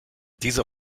dieser